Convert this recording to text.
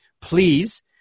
please